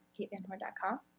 katevanhorn.com